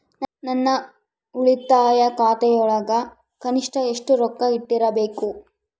ನನ್ನ ಉಳಿತಾಯ ಖಾತೆಯೊಳಗ ಕನಿಷ್ಟ ಎಷ್ಟು ರೊಕ್ಕ ಇಟ್ಟಿರಬೇಕು?